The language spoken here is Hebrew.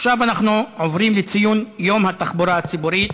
עכשיו אנחנו עוברים לציון יום התחבורה הציבורית,